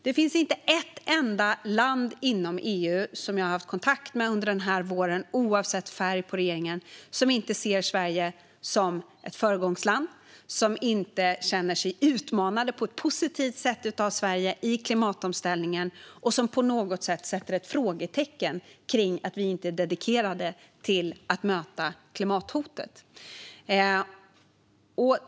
Det finns inte ett enda land inom EU som jag har haft kontakt med under denna vår, oavsett färg på regeringen, som inte ser Sverige som ett föregångsland, som inte känner sig utmanat på ett positivt sätt av Sverige i klimatomställningen eller som på något sätt sätter frågetecken kring att vi är dedikerade att möta klimathotet.